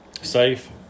safe